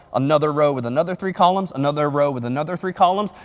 another row with another three, columns another row with another three columns.